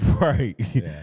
right